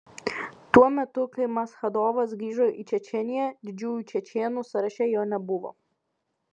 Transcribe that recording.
tuo metu kai maschadovas grįžo į čečėniją didžiųjų čečėnų sąraše jo nebuvo